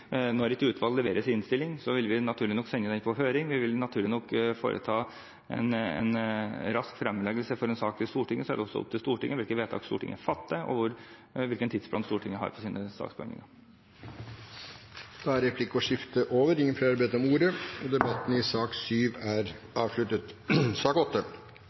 innstilling, vil vi naturlig nok sende den på høring, vi vil naturlig nok foreta en rask fremleggelse av en sak for Stortinget, og så er det opp til Stortinget hvilke vedtak Stortinget fatter, og hvilken tidsplan Stortinget har for sin saksbehandling. Replikkordskiftet er over. Flere har ikke bedt om ordet til sak nr. 7. Etter ønske fra arbeids- og